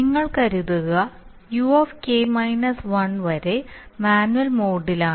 നിങ്ങൾ കരുതുക UK - 1 വരെ മാനുവൽ മോഡിലാണ്